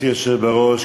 היושבת בראש,